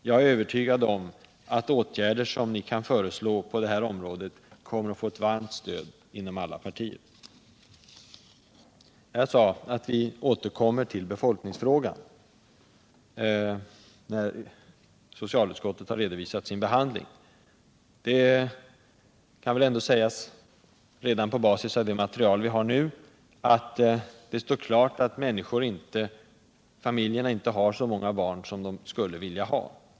Jag är övertygad om att åtgärder som ni kan föreslå på detta område kommer att få ett varmt stöd inom alla partier. Jag sade att vi återkommer till befolkningsfrågan när socialutskottet har redovisat sin behandling. Det kan ändå sägas redan på basis av det material vi har nu, att det står klart att många familjer inte har så många barn som de skulle vilja ha.